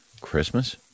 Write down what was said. Christmas